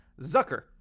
Zucker